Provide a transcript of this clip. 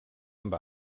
amb